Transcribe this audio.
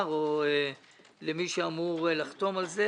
אני מבקש ממי שנמצא פה להגיד את זה לשר או למי שאמור לחתום על זה